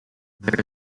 there